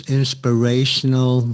inspirational